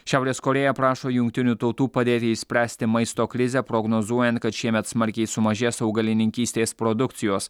šiaurės korėja prašo jungtinių tautų padėti išspręsti maisto krizę prognozuojant kad šiemet smarkiai sumažės augalininkystės produkcijos